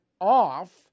off